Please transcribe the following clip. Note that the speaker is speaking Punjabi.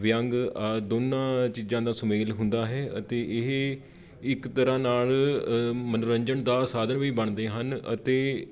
ਵਿਅੰਗ ਆਦਿ ਦੋਨਾਂ ਚੀਜ਼ਾਂ ਦਾ ਸੁਮੇਲ ਹੁੰਦਾ ਹੈ ਅਤੇ ਇਹ ਇੱਕ ਤਰ੍ਹਾਂ ਨਾਲ ਮਨੋਰੰਜਨ ਦਾ ਸਾਧਨ ਵੀ ਬਣਦੇ ਹਨ ਅਤੇ